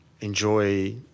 enjoy